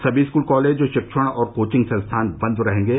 सभी school college शिक्षण और कोचिंग संस्थान बन्द रहेंगे